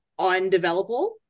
undevelopable